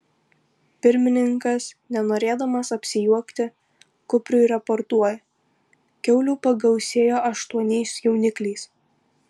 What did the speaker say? pirmininkas nenorėdamas apsijuokti kupriui raportuoja kiaulių pagausėjo aštuoniais jaunikliais